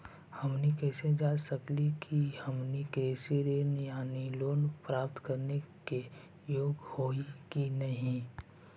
हमनी कैसे जांच सकली हे कि हमनी कृषि ऋण यानी लोन प्राप्त करने के योग्य हई कि नहीं?